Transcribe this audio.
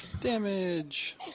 Damage